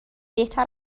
بهتر